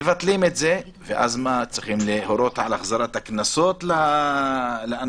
מבטלים את זה ואז צריך להורות על החזרת הקנסות לאנשים?